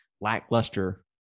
lackluster